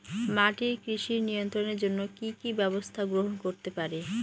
মাটির কৃমি নিয়ন্ত্রণের জন্য কি কি ব্যবস্থা গ্রহণ করতে পারি?